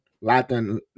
Latin